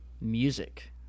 Music